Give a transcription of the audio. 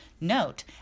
Note